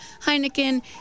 Heineken